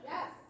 Yes